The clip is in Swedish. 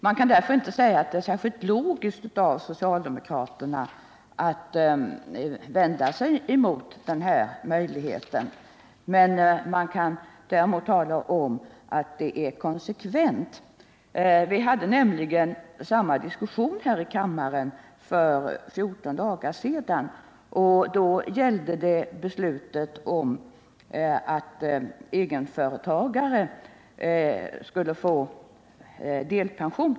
Man kan därför inte säga att det är särskilt logiskt av socialdemokraterna att inte acceptera den här möjligheten. Däremot kan man säga att det är konsekvent. Vi hade nämligen samma diskussion här i kammaren för 14 dagar sedan. Då gällde det frågan om huruvida egenföretagare skulle få delpension.